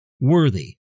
worthy